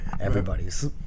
everybody's